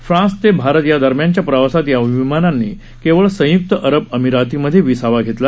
France ते भारत या दरम्यानच्या प्रवासात या विमानांनी केवळ संयुक्त अरब अमिरातीमध्ये विसावा घेतला